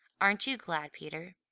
aren't you glad, peter?